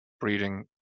breeding